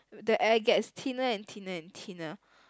the air gets thinner and thinner and thinner